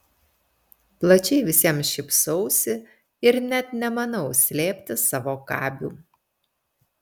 plačiai visiems šypsausi ir net nemanau slėpti savo kabių